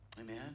Amen